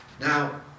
Now